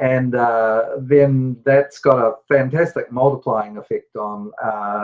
and then that's got a fantastic multiplying effect on